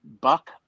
Buck